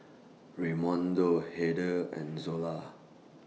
Raymundo Hertha and Zola